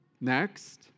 Next